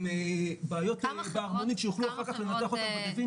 עם בעיות בערמונית שיוכלו אחר כך לנתח אותם בדה וינצ'י.